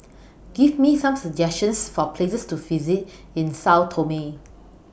Give Me Some suggestions For Places to visit in Sao Tome